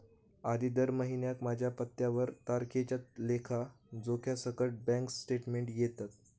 आधी दर महिन्याक माझ्या पत्त्यावर तारखेच्या लेखा जोख्यासकट बॅन्क स्टेटमेंट येता